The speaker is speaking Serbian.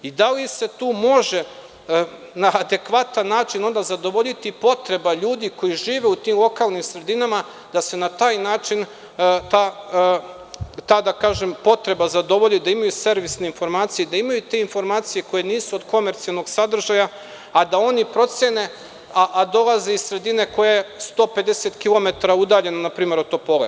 Da li se tu može na adekvatan način onda zadovoljiti potreba ljudi koji žive u tim lokalnim sredinama, da se na taj način ta, da tako kažem, potreba zadovolji da imaju servisne informacije, da imaju te informacije koje nisu od komercijalnog sadržaja, a dolaze iz sredine koja je 150 kilometara udaljena npr. od Topole?